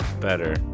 better